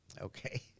okay